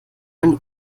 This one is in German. meine